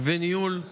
וניהול של